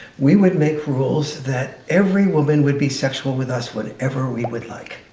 we would make rules that every woman would be sexual with us whenever we would like.